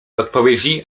odpowiedzi